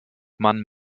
man